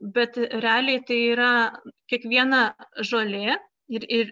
bet realiai tai yra kiekviena žolė ir ir